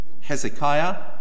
Hezekiah